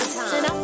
time